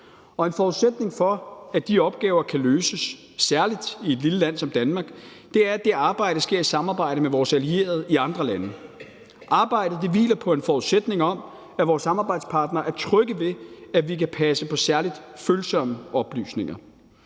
en forudsætning for, at de opgaver kan løses, særlig i et lille land som Danmark, er, at det arbejde sker i samarbejde med vores allierede i andre lande. Arbejdet hviler på en forudsætning om, at vores samarbejdspartnere er trygge ved, at vi kan passe på særlig følsomme oplysninger.